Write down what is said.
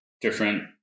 different